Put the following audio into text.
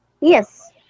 yes